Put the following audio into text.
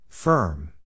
Firm